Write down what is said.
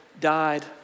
died